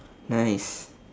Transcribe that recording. nice